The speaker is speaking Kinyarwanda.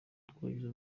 twagize